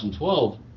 2012